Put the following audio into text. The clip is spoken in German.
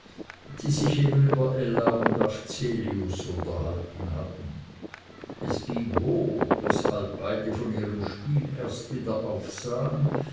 die sich eben über ella und afzelius unterhalten hatten es ging hoch weshalb beide von ihrem spiel erst wieder